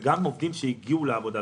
זה גם עובדים שהגיעו לעבודה.